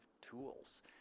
tools